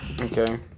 Okay